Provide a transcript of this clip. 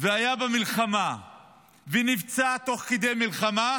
והיה במלחמה ונפצע תוך כדי מלחמה